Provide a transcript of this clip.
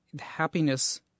happiness